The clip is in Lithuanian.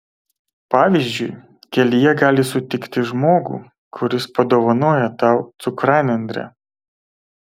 pavyzdžiui kelyje gali sutikti žmogų kuris padovanoja tau cukranendrę